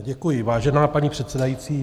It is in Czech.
Děkuji, vážená paní předsedající.